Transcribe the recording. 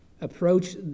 approach